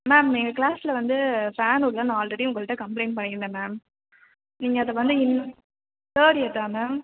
ma'am எங்கள் க்ளாஸ்சில் வந்து ஃபேன் ஓடலன்னு நான் ஆல்ரெடி உங்கள்கிட்ட கம்ப்ளைண்ட் பண்ணியிருந்தேன் மேம் நீங்கள் அதை வந்து இன் தேர்ட் இயர் தான் மேம்